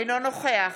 אינו נוכח